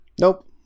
Nope